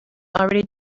already